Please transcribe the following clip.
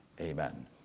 Amen